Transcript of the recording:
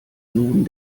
nun